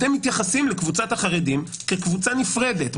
אתם מתייחסים לקבוצת החרדים כקבוצה נפרדת.